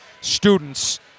students